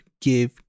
give